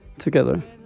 together